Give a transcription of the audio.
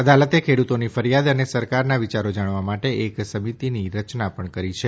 અદાલતે ખેડૂતોની ફરિયાદ અને સરકારના વિચારો જાણવા માટે એક સમિતિની રચના પણ કરી છે